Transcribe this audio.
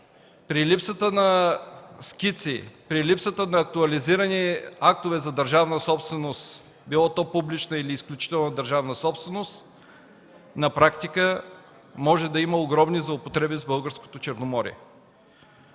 при липсата на скици, при липсата на актуализирани актове за държавна собственост било то публична или изключителна държавна собственост, на практика може да има огромни злоупотреби с българското Черноморие.